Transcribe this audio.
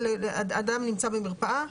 אדם נמצא במרפאה,